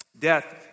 Death